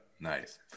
Nice